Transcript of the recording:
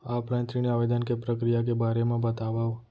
Offline ऋण आवेदन के प्रक्रिया के बारे म बतावव?